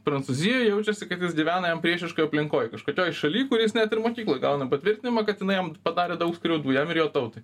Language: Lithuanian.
prancūzijoj jaučiasi kaip jis gyvena jam priešiškoj aplinkoj kažkokioj šaly kur jis net ir mokykloj gauna patvirtinimą kad jinai jam padarė daug skriaudų jam ir jo tautai